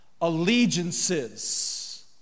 allegiances